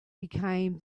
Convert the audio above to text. become